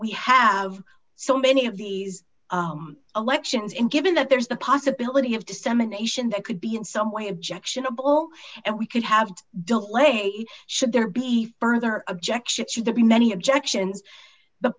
we have so many of these elections in given that there's the possibility of dissemination that could be in some way objectionable and we could have don't play a should there be further objection should there be many objections the